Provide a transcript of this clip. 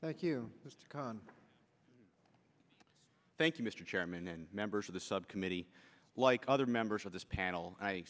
thank you thank you mr chairman and members of the subcommittee like other members of this panel